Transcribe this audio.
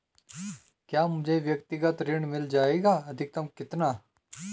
क्या मुझे व्यक्तिगत ऋण मिल जायेगा अधिकतम कितना?